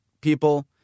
people